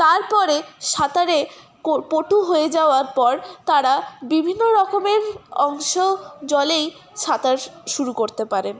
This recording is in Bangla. তারপরে সাঁতারে প পটু হয়ে যাওয়ার পর তারা বিভিন্ন রকমের অংশ জলেই সাঁতার শুরু করতে পারেন